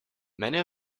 many